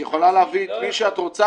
את יכולה להביא את מי שאת רוצה,